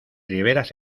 riberas